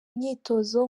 myitozo